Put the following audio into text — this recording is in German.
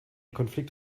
konflikt